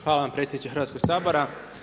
Hvala vam predsjedniče Hrvatskog sabora.